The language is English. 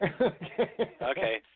Okay